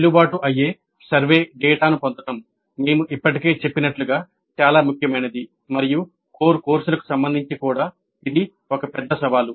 చెల్లుబాటు అయ్యే సర్వే డేటాను పొందడం మేము ఇప్పటికే చెప్పినట్లుగా చాలా ముఖ్యమైనది మరియు కోర్ కోర్సులకు సంబంధించి కూడా ఇది ఒక పెద్ద సవాలు